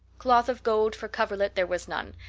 cloth of gold for coverlet there was none,